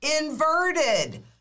inverted